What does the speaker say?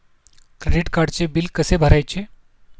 Credit कार्डचे bill कसे भरायचे?